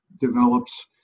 develops